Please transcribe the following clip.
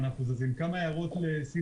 ההערה?